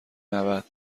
نود